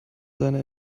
seine